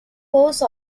course